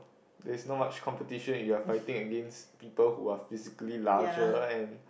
there is not much competition and you're fighting against people who are physically larger and